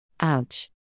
Ouch